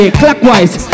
clockwise